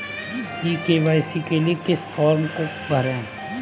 ई KYC के लिए किस फ्रॉम को भरें?